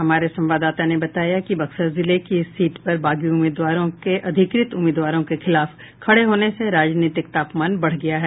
हमारे संवाददाता ने बताया कि बक्सर जिले की इस सीट पर बागी उम्मीदवारों के अधिकृत उम्मीदवारों के खिलाफ खडे होने से राजनीतिक तापमान बढ गया है